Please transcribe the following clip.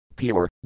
pure